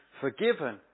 forgiven